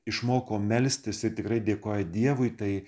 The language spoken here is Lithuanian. išmoko melstis tikrai dėkoja dievui tai